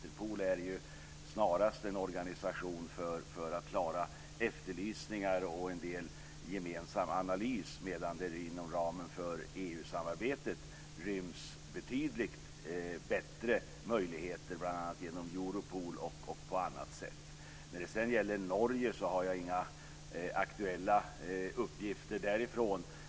Interpol är snarast en organisation för att klara efterlysningar och en del gemensam analys medan det inom ramen för EU samarbetet ryms betydligt bättre möjligheter bl.a. genom Europol och på annat sätt. Jag har inte några aktuella uppgifter från Norge.